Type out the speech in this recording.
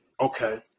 Okay